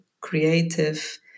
creative